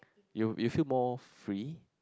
you'll if you feel more free